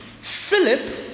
Philip